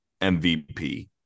MVP